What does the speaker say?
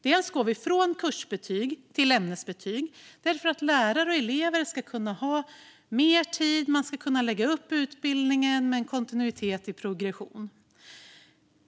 Dels går vi från kursbetyg till ämnesbetyg för att lärare och elever ska kunna ha mer tid och för att man ska kunna lägga upp utbildningen med en kontinuitet i progressionen.